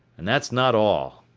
and that's not all.